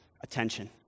attention